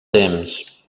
temps